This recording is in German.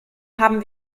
haben